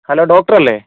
hello ഡോക്ടറല്ലെ